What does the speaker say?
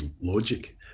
Logic